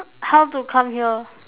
how to come here